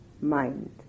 mind